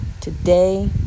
Today